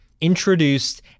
introduced